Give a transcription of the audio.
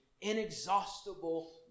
inexhaustible